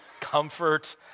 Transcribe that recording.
comfort